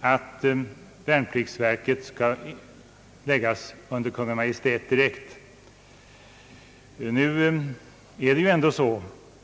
att värnpliktsverket läggs direkt under Kungl. Maj:t.